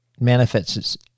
manifests